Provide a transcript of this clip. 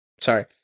sorry